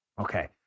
Okay